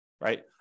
Right